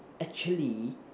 actually